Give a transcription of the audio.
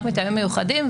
רק מטעמים מיוחדים,